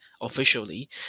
officially